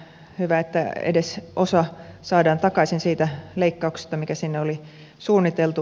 hyvä että edes osa saadaan takaisin siitä leikkauksesta mikä sinne oli suunniteltu